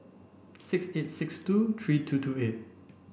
six eight six two three two two eight